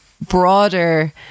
broader